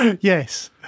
Yes